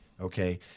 Okay